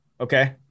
okay